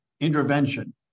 intervention